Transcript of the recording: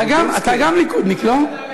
אתה גם ליכודניק, לא?